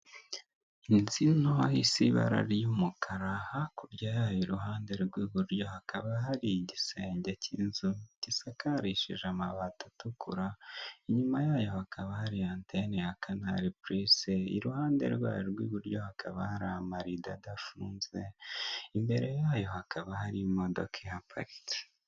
Inzu nto isa ibara ry'umukara hakurya yayo iruhande rw'iburyo hakaba hari igisenge cy'inzu, gisakarishije amabati atukura, inyuma yayo hakaba hari anteni ya kanali pulisi, iruhande rwayo rw'iburyo hakaba hari amarido adafunze imbere yayo hakaba hari imodoka ihaparitse.